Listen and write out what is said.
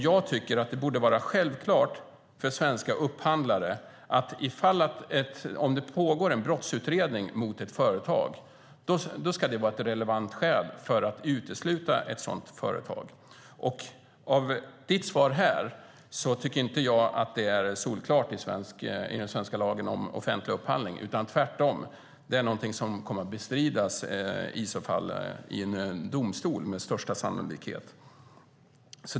Jag tycker att det borde vara självklart för svenska upphandlare att en pågående brottsutredning mot ett företag ska vara ett relevant skäl för att utesluta ett sådant företag. Av ditt svar här att döma tycker jag inte att det är solklart i den svenska lagen om offentlig upphandling. Tvärtom är det något som med största sannolikhet kommer att bestridas i domstol.